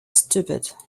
stupid